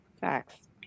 Facts